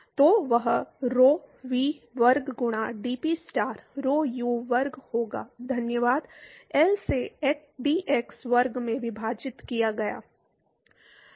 तो वह rhov वर्ग गुणा dP स्टार rho u वर्ग होगा धन्यवाद L से dx वर्ग में विभाजित किया गया